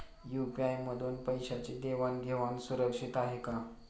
UPI मधून पैशांची देवाण घेवाण सुरक्षित आहे का?